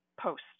post